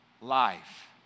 life